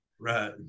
right